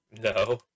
no